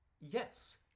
Yes